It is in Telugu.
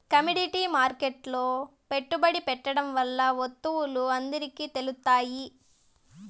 కమోడిటీ మార్కెట్లో పెట్టుబడి పెట్టడం వల్ల వత్తువులు అందరికి తెలుత్తాయి